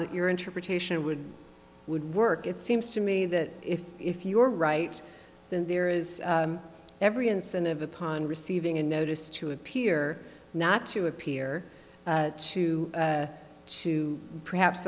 that your interpretation would would work it seems to me that if if your right then there is every incentive upon receiving a notice to appear not to appear to to perhaps